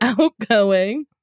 outgoing